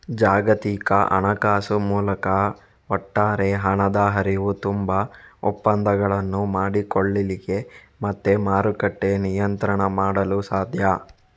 ಜಾಗತಿಕ ಹಣಕಾಸು ಮೂಲಕ ಒಟ್ಟಾರೆ ಹಣದ ಹರಿವು, ತುಂಬಾ ಒಪ್ಪಂದಗಳನ್ನು ಮಾಡಿಕೊಳ್ಳಿಕ್ಕೆ ಮತ್ತೆ ಮಾರುಕಟ್ಟೆ ನಿಯಂತ್ರಣ ಮಾಡಲು ಸಾಧ್ಯ